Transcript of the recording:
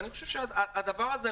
אני חושב שהדבר הזה,